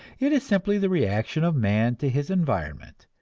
it is simply the reaction of man to his environment,